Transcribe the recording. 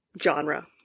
genre